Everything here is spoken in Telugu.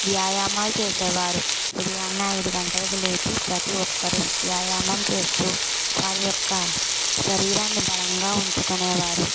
వ్వ్యాయామాలు చేసేవారు ఉదయాన్నే ఐదు గంటలకు లేచి ప్రతి ఒక్కరూ వ్యాయామం చేస్తూ వారి యొక్క శరీరాన్ని బలంగా ఉంచుకునేవారు